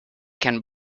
can